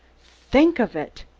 think of it!